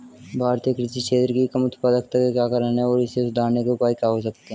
भारतीय कृषि क्षेत्र की कम उत्पादकता के क्या कारण हैं और इसे सुधारने के उपाय क्या हो सकते हैं?